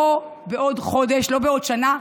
לא בעוד חודש, לא בעוד שנה.